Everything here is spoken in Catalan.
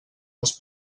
els